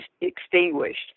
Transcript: extinguished